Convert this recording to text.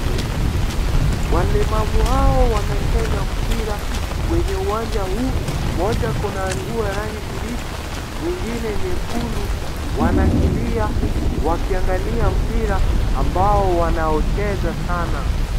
Walemavu hao wanacheza mpira kwenye uwanja huu. Moja Kuna nguo ya kijani kipiji, mwengine nyekundu. Wanakimbia wakiangalia mpira ambao wanacheza sana.